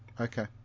Okay